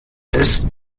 ist